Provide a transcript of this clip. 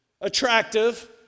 attractive